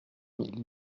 mille